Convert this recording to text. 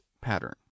pattern